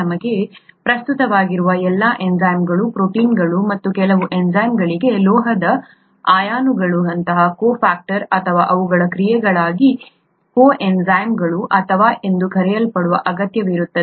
ನಮಗೆ ಪ್ರಸ್ತುತವಾಗಿರುವ ಎಲ್ಲಾ ಎನ್ಝೈಮ್ಗಳು ಪ್ರೋಟೀನ್ಗಳು ಮತ್ತು ಕೆಲವು ಎನ್ಝೈಮ್ಗಳಿಗೆ ಲೋಹದ ಅಯಾನುಗಳಂತಹ ಕೋಫಾಕ್ಟರ್ ಅಥವಾ ಅವುಗಳ ಕ್ರಿಯೆಗಾಗಿ ಕೋಎಂಜೈಮ್ಗಳು ಎಂದು ಕರೆಯಲ್ಪಡುವ ಅಗತ್ಯವಿರುತ್ತದೆ